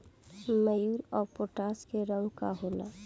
Muriate of potash के रंग का होला?